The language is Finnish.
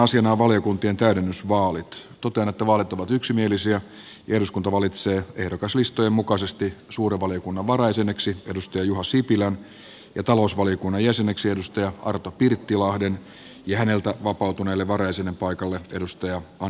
totean että vaalit ovat yksimielisiä ja että eduskunta valitsee ehdokaslistojen mukaisesti suuren valiokunnan varajäseneksi juha sipilän ja talousvaliokunnan jäseneksi arto pirttilahden ja häneltä vapautuneelle varajäsenen paikalle anne kalmarin